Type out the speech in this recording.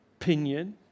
opinion